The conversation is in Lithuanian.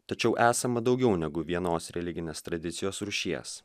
tačiau esama daugiau negu vienos religinės tradicijos rūšies